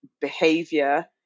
behavior